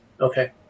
Okay